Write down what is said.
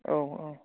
औ अ